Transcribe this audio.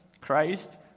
Christ